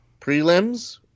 prelims